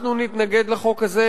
אנחנו נתנגד לחוק הזה,